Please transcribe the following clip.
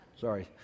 Sorry